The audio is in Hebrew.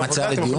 יש מצע לדיון?